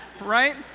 right